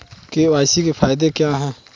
KYC के फायदे क्या है?